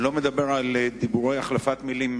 על אף הגידול בנסועה,